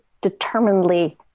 determinedly